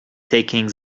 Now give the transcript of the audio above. taking